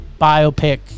biopic